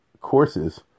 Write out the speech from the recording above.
courses